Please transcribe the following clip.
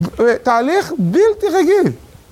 תהליך בלתי רגיל.